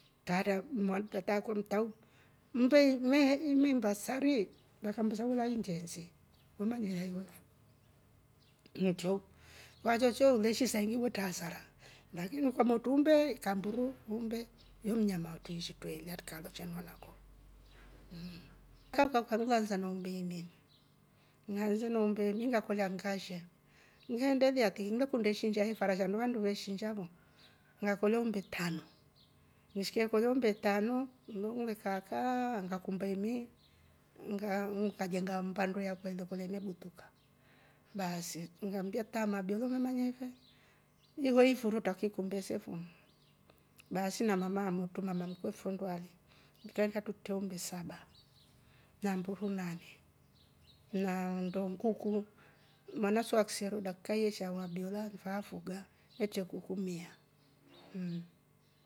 Kaatra mwa- tataa akwe mtrau. mmbe imehimba sari akambesa mbona ila njeesi we manya nchou kwa choocho uleshi saidi wetre asara lakini kwamotru umbe kamburu. umbe yo mnyama twreeshi twelya tru ka amba cha mwanakwa. Ila kwakwa ngile ansa na umbe imi. ngiase na umbe imi ngakolya ingashe ngeendelia tiki ngive kundi ishinsha fara shandu vandu ve shinsha mwe. ngakolya umbe tanu ngishike kwenye umbe tanu nlo nkaakaa nikakumba imi nkajenga mmba yakwa ngile kolya ime butuka baasi taa ama abiyola umemanya ife ilo ifuru utrakikumbe se fo baasi na mama amotru. mama kwe nfonndu aali kaindika trutre umbe saba na mburu nane naa nndo kuku mwana so aksero eshaawa abiola nfe afuga etre kuku mia mmm.